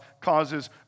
causes